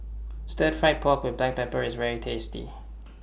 Stir Fried Pork with Black Pepper IS very tasty